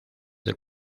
del